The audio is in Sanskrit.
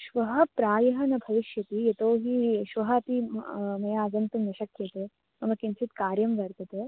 श्वः प्रायः न भविष्यति यतो हि श्वः अपि म् मया आगन्तुं न शक्यते मम किञ्चित् कार्यं वर्तते